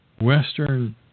Western